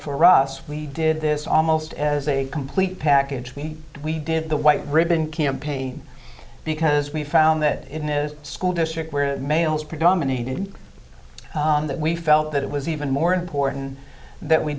for us we did this almost as a complete package we we did the white ribbon campaign because we found that in is school district where males predominated on that we felt that it was even more important that we